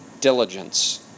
diligence